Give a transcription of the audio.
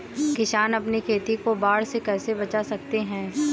किसान अपनी खेती को बाढ़ से कैसे बचा सकते हैं?